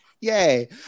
Yay